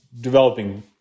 developing